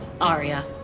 Arya